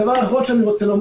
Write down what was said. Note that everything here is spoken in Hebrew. דבר אחרון,